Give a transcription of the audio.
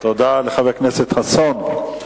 תודה לחבר הכנסת חסון.